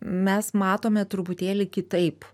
mes matome truputėlį kitaip